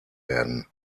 werden